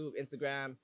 instagram